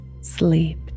sleep